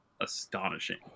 astonishing